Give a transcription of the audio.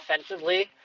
offensively